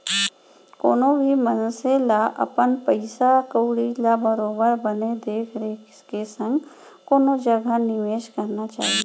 कोनो भी मनसे ल अपन पइसा कउड़ी ल बरोबर बने देख रेख के संग कोनो जघा निवेस करना चाही